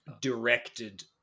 directed